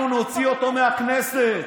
אנחנו נוציא אותו מהכנסת,